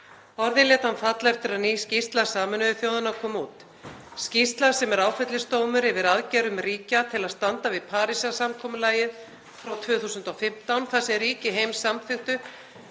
Orðin lét hann falla eftir að ný skýrsla Sameinuðu þjóðanna kom út, skýrsla sem er áfellisdómur yfir aðgerðum ríkja til að standa við Parísarsamkomulagið frá 2015 þar sem ríki heims samþykktu